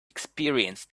experienced